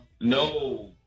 no